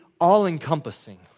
all-encompassing